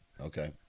okay